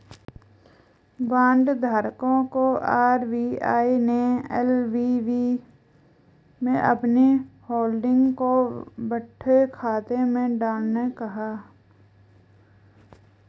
bond धारकों को RBI ने एल.वी.बी में अपनी होल्डिंग को बट्टे खाते में डालने कहा